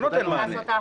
נכון, לא נותן מענה.